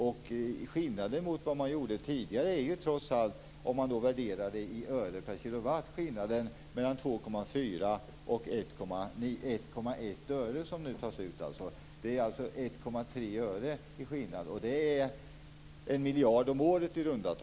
Om man värderar det i öre per kilowattimme tar man nu ut 1,3 öre mer, alltså skillnaden mellan 2,4 öre och 1,1 öre. Det innebär i runda tal 1 miljard kronor om året.